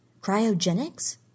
Cryogenics